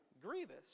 grievous